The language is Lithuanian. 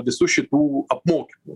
visų šitų apmokymų